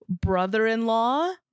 brother-in-law